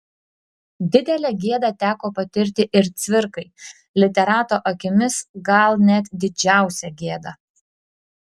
didelę gėdą teko patirti ir cvirkai literato akimis gal net didžiausią gėdą